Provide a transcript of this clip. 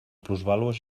plusvàlues